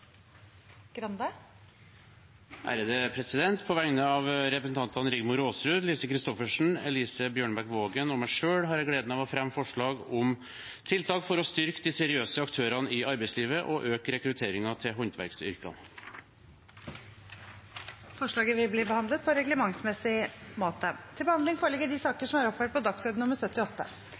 Grande vil fremsette et representantforslag. På vegne av representantene Rigmor Aasrud, Lise Christoffersen, Elise Bjørnebekk-Waagen og meg selv har jeg gleden av å fremme forslag om tiltak for å styrke de seriøse aktørene i arbeidslivet og øke rekrutteringen til håndverksyrkene. Forslaget vil bli behandlet på reglementsmessig måte.